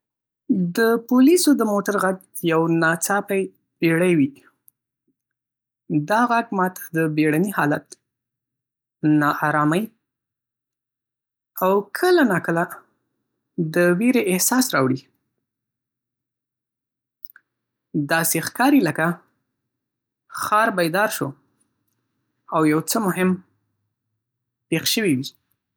د پولیسو د موټر غږ یوه ناڅاپي بیړۍ وي. دا غږ ما ته د بیړني حالت، ناارامۍ، او کله ناکله د ویرې احساس راوړي. داسې ښکاری لکه ښار بیدار شو او یو څه مهم پېښ شوي وي